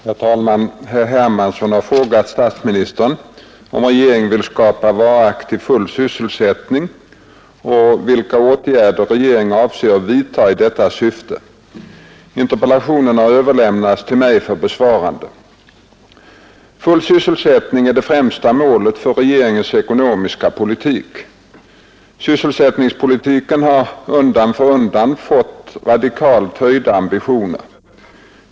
Herr talman! Herr Hermansson har frågat statsministern om regeringen vill skapa varaktig full sysselsättning och vilka åtgärder regeringen avser att vidta i detta syfte. Interpellationen har överlämnats till mig för besvarande. Full sysselsättning är det främsta målet för regeringens ekonomiska politik. Sysselsättningspolitiken har undan för undan fått radikalt höjda ambitioner.